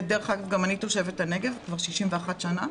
ודרך אגב גם אני תושבת הנגב כבר 61 שנים,